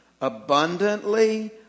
abundantly